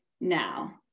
now